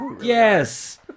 Yes